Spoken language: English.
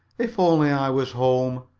if only i was home!